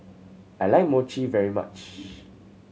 I like Mochi very much